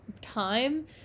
time